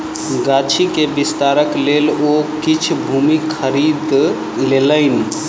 गाछी के विस्तारक लेल ओ किछ भूमि खरीद लेलैन